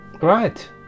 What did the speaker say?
Right